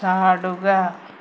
ചാടുക